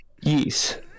Yeast